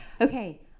Okay